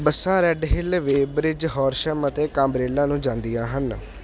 ਬੱਸਾਂ Redhill Weybridge Horsham ਅਤੇ Camberley ਨੂੰ ਜਾਂਦੀਆਂ ਹਨ